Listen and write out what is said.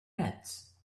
heads